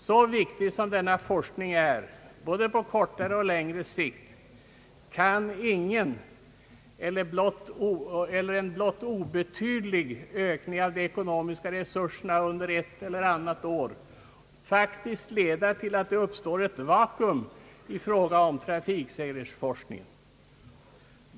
Så viktig som denna forskning är både på kortare och längre sikt kan ingen eller en blott obetydlig ökning av de ekonomiska resurserna under ett eller annat år faktiskt leda till att det uppstår ett vakuum i fråga om trafiksäkerhetsforskningen.